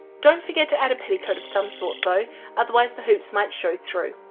don't forget to add a petticoat of some sort though otherwise the hoops might show through.